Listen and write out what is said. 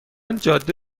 جاده